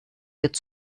wird